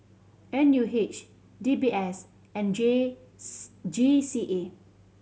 N U H D B S and G G G C E